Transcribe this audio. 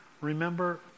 remember